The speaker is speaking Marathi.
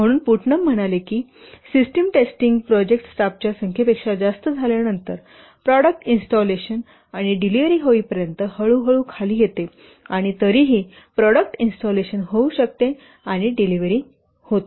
म्हणून पुट्नम म्हणाले की सिस्टम टेस्टिंग प्रोजेक्ट स्टाफच्या संख्येपेक्षा जास्त झाल्यानंतर प्रॉडक्ट इन्स्टॉलेशन आणि डिलिव्हरी होईपर्यंत हळूहळू खाली येते आणि तरीही प्रॉडक्ट इन्स्टॉलेशन होऊ शकते आणि डिलिव्हरी येते